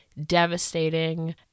devastating